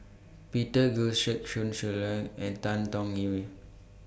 Peter Gilchrist Sun and Tan Tong Hye